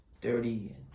dirty